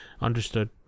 Understood